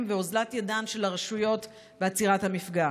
ועל אוזלת ידן של הרשויות בעצירת המפגע.